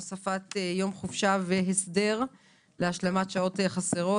הוספת יום חופשה והסדר להשלמת שעות חסרות),